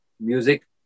music